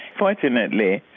fortunately,